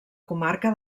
comarca